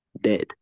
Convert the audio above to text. dead